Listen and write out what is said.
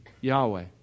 Yahweh